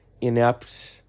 inept